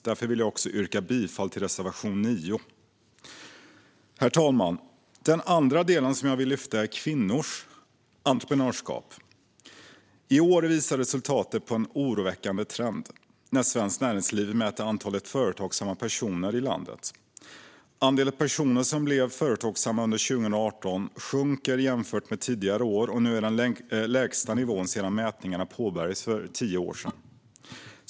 Jag yrkar av denna anledning bifall till reservation 9. Herr talman! Den andra del som jag vill lyfta fram är kvinnors entreprenörskap. Svenskt Näringsliv mäter antalet företagsamma personer i landet. I år visar resultatet på en oroväckande trend. Andelen personer som blev företagsamma sjönk under 2018 jämfört med tidigare år. Nu är nivån den lägsta sedan mätningarna påbörjades för tio år sedan.